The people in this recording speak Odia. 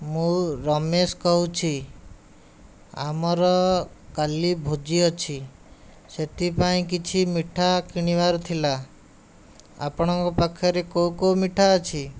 ମୁଁ ରମେଶ କହୁଛି ଆମର କାଲି ଭୋଜି ଅଛି ସେଥିପାଇଁ କିଛି ମିଠା କିଣିବାର ଥିଲା ଆପଣଙ୍କ ପାଖରେ କେଉଁ କେଉଁ ମିଠା ଅଛି